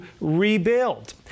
rebuild